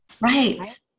Right